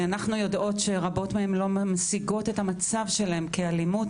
אנחנו יודעות שרבות מהן לא משיגות את המצב שלהן כאלימות.